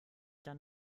dann